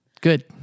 Good